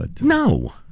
No